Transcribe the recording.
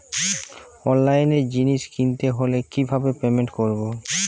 অনলাইনে জিনিস কিনতে হলে কিভাবে পেমেন্ট করবো?